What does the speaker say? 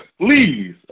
please